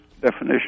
definition